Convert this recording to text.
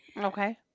Okay